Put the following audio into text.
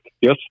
Yes